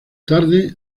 tarde